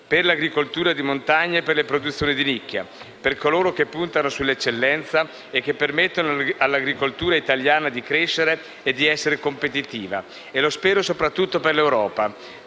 per l'agricoltura di montagna e le produzioni di nicchia, per coloro che puntano sull'eccellenza e permettono all'agricoltura italiana di crescere e di essere competitiva. E lo spero soprattutto per l'Europa: